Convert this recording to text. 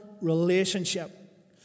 relationship